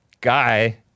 guy